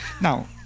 now